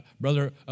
Brother